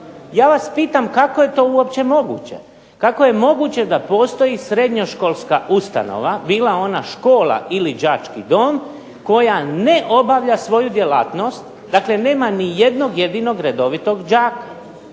Ja vas pitam kako je to uopće moguće? Kako je moguće da postoji srednjoškolska ustanova, bila ona škola ili đački dom koja ne obavlja svoju djelatnost, dakle nema ni jednog jedinog redovitog đaka.